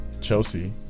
Chelsea